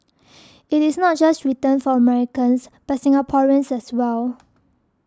it is not just written for Americans but Singaporeans as well